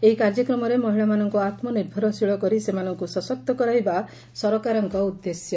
ଏହି କାର୍ଯ୍ୟକ୍ରମରେ ମହିଳାମାନଙ୍ଙୁ ଆତ୍କନିଭରଶୀଳ କରି ସେମାନଙ୍କୁ ସଶକ୍ତ କରାଇବା ସରକାରଙ୍କ ଉଦ୍ଦେଶ୍ୟ